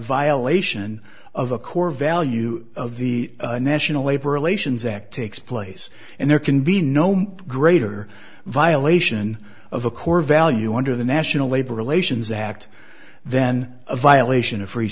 violation of a core value of the national labor relations act takes place and there can be no much greater violation of a core value under the national labor relations act then a violation of free